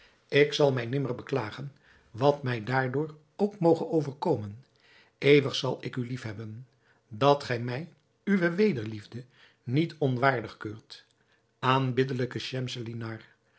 ik zal mij nimmer beklagen wat mij daardoor ook moge overkomen eeuwig zal ik u liefhebben dat gij mij uwe wederliefde niet onwaardig keurt